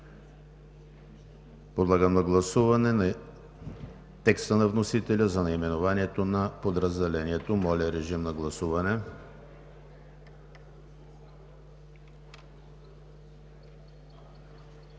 Подлагам на гласуване текста на вносителя за наименованието на подразделението. Гласували